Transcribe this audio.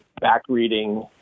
back-reading